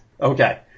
Okay